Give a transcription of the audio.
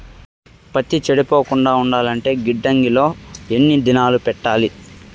పత్తి చెడిపోకుండా ఉండాలంటే గిడ్డంగి లో ఎన్ని దినాలు పెట్టాలి?